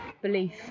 belief